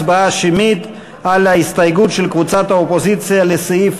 הצבעה שמית על ההסתייגות של קבוצת האופוזיציה לסעיף